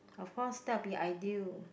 of course that would be ideal